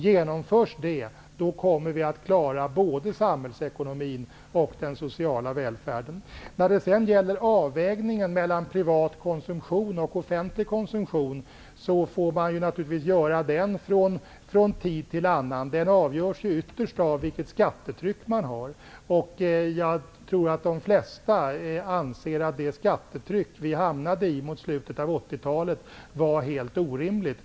Genomförs det kommer vi att klara både samhällsekonomin och den sociala välfärden. När det sedan gäller avvägningen mellan privat konsumtion och offentlig konsumtion får den naturligtvis göras från tid till annan. Den avgörs ytterst av det skattetryck man har. Jag tror att de flesta anser att det skattetryck vi hamnade i mot slutet av 80-talet var helt orimligt.